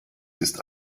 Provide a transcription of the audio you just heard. ist